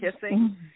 kissing